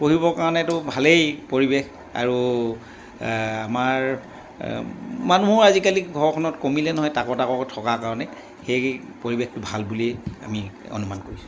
পঢ়িবৰ কাৰণেতো ভালেই পৰিৱেশ আৰু আমাৰ মানুহো আজিকালি ঘৰখনত কমিলে নহয় তাকৰ তাকৰকৈ থকাৰ কাৰণে সেয়ে পৰিৱেশটো ভাল বুলিয়েই আমি অনুমান কৰিছোঁ